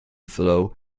flow